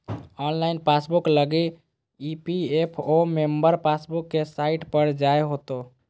online passbook लगी EPFO member passbook के site पर जाय होतो